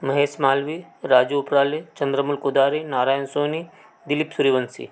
Mahesh Malviya Raju Uprale Chandramal Kudare Narayan Soni Dilip Suryavanshi